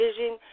vision